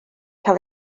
cael